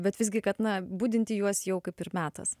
bet visgi kad na budinti juos jau kaip ir metas